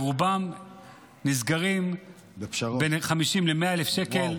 רובן נסגרות בין 50,000 שקל ל-100,000 שקל,